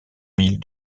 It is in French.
mille